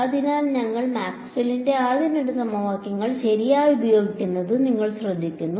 അതിനാൽ ഞങ്ങൾ മാക്സ്വെല്ലിന്റെ ആദ്യ രണ്ട് സമവാക്യങ്ങൾ ശരിയായി ഉപയോഗിക്കുന്നത് നിങ്ങൾ ശ്രദ്ധിക്കുന്നു